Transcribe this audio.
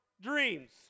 dreams